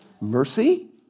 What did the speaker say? mercy